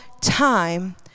time